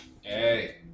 Hey